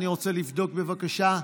אני רוצה לבדוק, בבקשה.